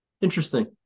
Interesting